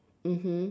mmhmm